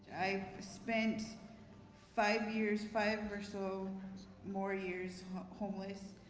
i've spent five years, five or so more years homeless.